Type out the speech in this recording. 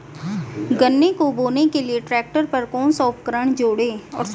गन्ने को बोने के लिये ट्रैक्टर पर कौन सा उपकरण जोड़ें?